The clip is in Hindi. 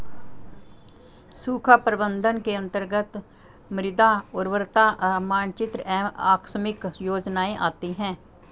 सूखा प्रबंधन के अंतर्गत मृदा उर्वरता मानचित्र एवं आकस्मिक योजनाएं आती है